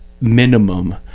minimum